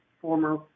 former